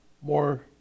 more